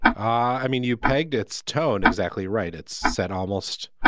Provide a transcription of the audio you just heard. i mean, you pegged its tone exactly right. it's set almost